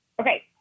Okay